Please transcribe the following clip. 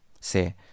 se